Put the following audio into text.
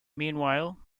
meanwhile